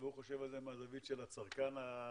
והוא חושב על זה מהזווית של הצרכן והמשפחה.